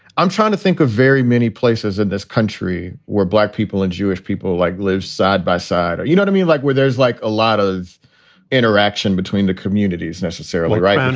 i'm trying to think of very many places in this country where black people and jewish people, like, live side by side or, you know, i mean, like where there's like a lot of interaction between the communities necessarily. right. and